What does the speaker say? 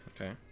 Okay